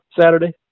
Saturday